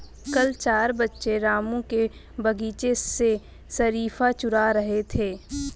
कल चार बच्चे रामू के बगीचे से शरीफा चूरा रहे थे